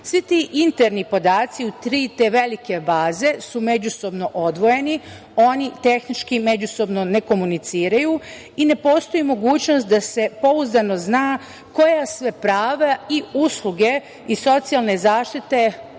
Svi ti interni podaci u tri te velike baze su međusobno odvojeni, oni tehnički međusobno ne komuniciraju i ne postoji mogućnost da se pouzdano zna koja sve prava i usluge i socijalne zaštite koristi